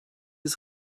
ist